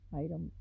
item